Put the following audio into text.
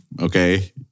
okay